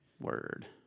Word